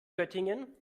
göttingen